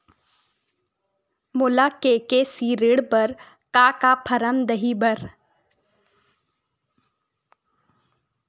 मोला के.सी.सी ऋण बर का का फारम दही बर?